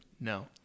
No